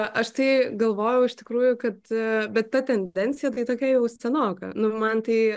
aš tai galvojau iš tikrųjų kad bet ta tendencija tai tokia jau senoka nu man tai